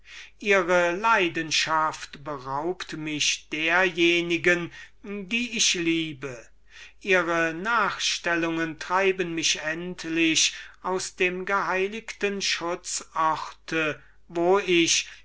ihre leidenschaft beraubt mich derjenigen die ich liebe ihre nachstellungen treiben mich endlich aus dem geheiligten schutzort wo ich